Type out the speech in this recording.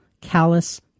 callous